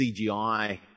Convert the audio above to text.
CGI